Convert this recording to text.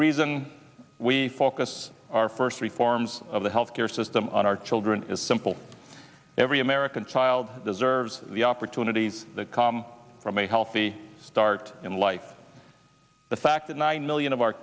reason we focus our first reforms of the health care system on our children is simple every american child deserves the opportunities that come from a healthy start in life the fact that nine million of our